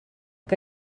que